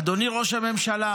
אדוני ראש הממשלה,